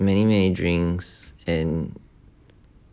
many many drinks and